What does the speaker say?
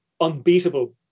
unbeatable